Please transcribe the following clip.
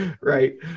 Right